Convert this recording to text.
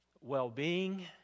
well-being